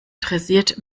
dressiert